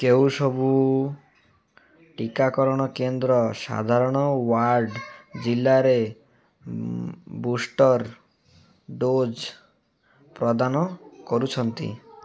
କେଉଁ ସବୁ ଟିକାକରଣ କେନ୍ଦ୍ର ସାଧାରଣ ୱାଡ଼୍ ଜିଲ୍ଲାରେ ବୁଷ୍ଟର ଡୋଜ୍ ପ୍ରଦାନ କରୁଛନ୍ତି